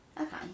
Okay